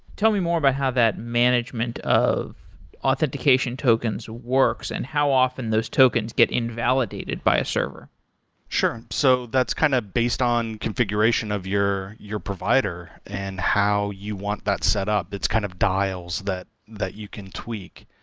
tell me more about how that management of authentication tokens works and how often those tokens get invalidated by a server sure. and so that's kind of based on configuration of your your provider and how you want that set up. it kind of dials that that you can tweak.